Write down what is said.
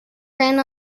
ran